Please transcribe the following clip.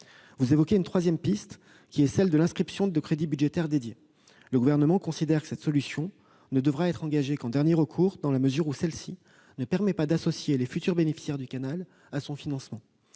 Vous évoquez une troisième piste : l'inscription de crédits budgétaires dédiés. Le Gouvernement considère que cette solution ne devra être retenue qu'en dernier recours, dans la mesure où elle ne permet pas d'associer les futurs bénéficiaires du canal à son financement.